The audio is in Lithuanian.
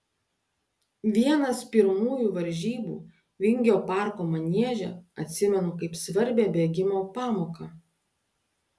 vienas pirmųjų varžybų vingio parko manieže atsimenu kaip svarbią bėgimo pamoką